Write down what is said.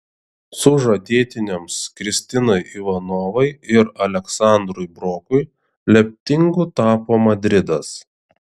sužadėtiniams kristinai ivanovai ir aleksandrui brokui lemtingu tapo madridas